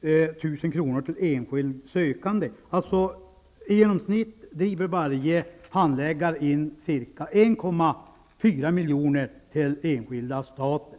000 kr. till enskild sökande. Varje handläggare driver alltså i genomsnitt in ca 1,4 milj.kr. till enskilda och staten.